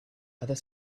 other